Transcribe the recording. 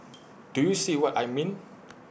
do you see what I mean